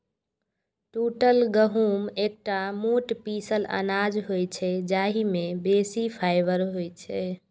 टूटल गहूम एकटा मोट पीसल अनाज होइ छै, जाहि मे बेसी फाइबर होइ छै